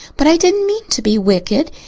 but i didn't mean to be wicked.